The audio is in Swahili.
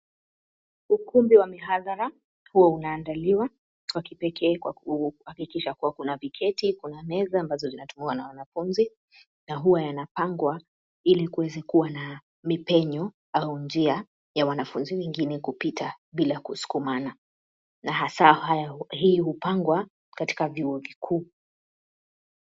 Ukumbi wa mihadhara huo unaandaliwa kwa kipekee kwa kuhakikisha kuwa kuna viketi, kuna meza ambazo zinatumiwa na wanafunzi na huwa yanapangwa ili kuweza kuwa na mipenyo au njia ya wanafunzi wengine kupita bila kusukumana, na hasa hii hupangwa katika vyuo vikuu.